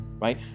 right